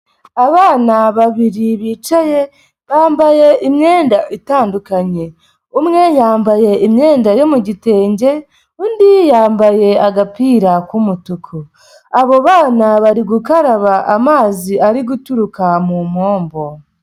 Abana babiri bicaye bambaye imyenda itandukanye, umwe yambaye imyenda yo mu gitenge, undi yambaye agapira k'umutuku, abo bana bari gukaraba amazi ari guturuka mu mpombo.